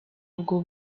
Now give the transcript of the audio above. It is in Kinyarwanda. ubwo